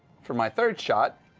for my third shot,